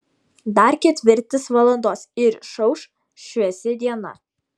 dar ketvirtis valandos ir išauš šviesi diena